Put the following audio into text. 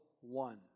one